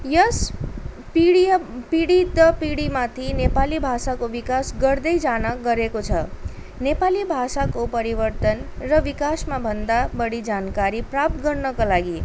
यस period पिँढी दर पिँढी माथि नेपाली भाषाको विकास गर्दै जानेगरेको छ नेपाली भाषाको परिवर्तन र विकासमा भन्दा बढी जानकारी प्राप्त गर्नको लागि